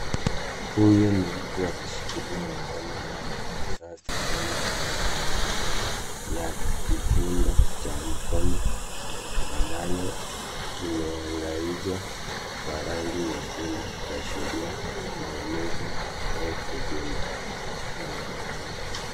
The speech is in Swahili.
Huyu ni mtu akishikilia mkono wake hasa sehemu ya kifundo cha mkono ambayo imeangaizwa kwa rangi nyekundu kuashiria maumivu au kuvimba.